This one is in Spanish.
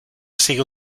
sigue